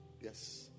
Yes